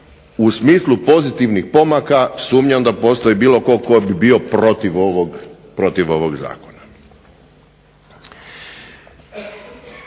u smislu pozitivnih pomaka sumnjam da postoji bilo tko tko bi bio protiv ovog zakona.